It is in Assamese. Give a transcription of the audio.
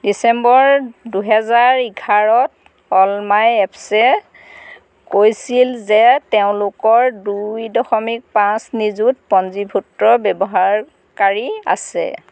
ডিচেম্বৰ দুহেজাৰ এঘাৰত অলমাই এপছে কৈছিল যে তেওঁলোকৰ দুই দশমিক পাঁচ নিযুত পঞ্জীভুক্ত ব্যৱহাৰকাৰী আছে